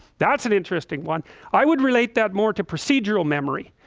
that's an interesting one i would relate that more to procedural memory,